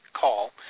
call